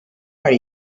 are